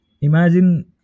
imagine